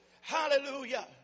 Hallelujah